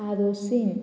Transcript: Arossim